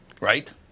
right